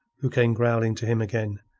who came growling to him again.